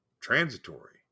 transitory